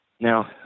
now